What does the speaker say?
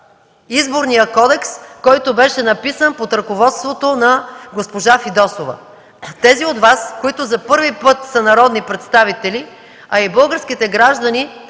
Изборния кодекс, който беше написан под ръководството на госпожа Искра Фидосова. Тези от Вас, които за първи път са народни представители, а и българските граждани,